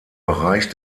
bereich